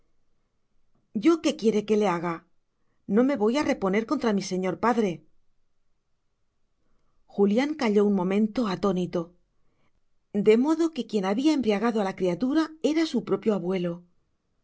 yo qué quiere que le haga no me voy a reponer contra mi señor padre julián calló un momento atónito de modo que quien había embriagado a la criatura era su propio abuelo